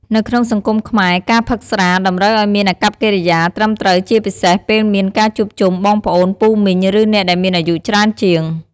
នៅក្នុងសង្គមខ្មែរ ការផឹកស្រា តម្រូវអោយមានអាកប្បកិរិយាត្រឹមត្រូវជាពិសេសពេលមានការជួបជុំ បងប្អូន ពូមីង ឬអ្នកដែលមានអាយុច្រើងជាង។